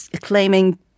claiming